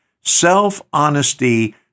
Self-honesty